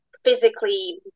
physically